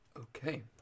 Okay